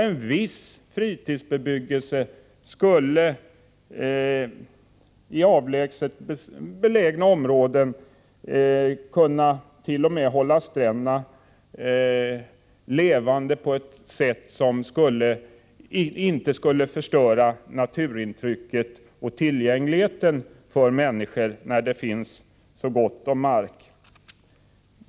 En viss fritidsbebyggelse i avlägset belägna områden skulle kunna hålla stränderna levande på ett sätt som inte skulle förstöra naturintrycket eller tillgängligheten för människor, eftersom det finns så gott om mark.